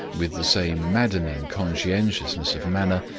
with the same maddening conscientiousness of manner,